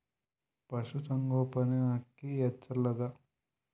ಪಶುಸಂಗೋಪನೆ ಅಕ್ಕಿ ಹೆಚ್ಚೆಲದಾ?